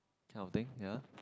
kind of thing ya